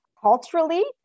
culturally